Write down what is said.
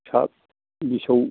फिसा बिसौ